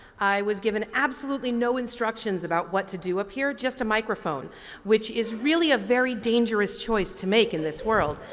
i was given absolutely no instructions about what to do up here, just a microphone which is really a very dangerous choice to make in this world.